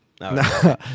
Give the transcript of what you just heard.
No